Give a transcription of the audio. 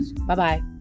Bye-bye